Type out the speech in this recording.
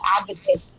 advocate